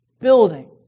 building